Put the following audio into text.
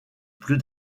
plus